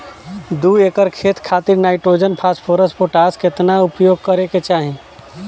दू एकड़ खेत खातिर नाइट्रोजन फास्फोरस पोटाश केतना उपयोग करे के चाहीं?